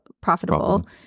profitable